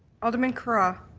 alderman curragh?